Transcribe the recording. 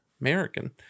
American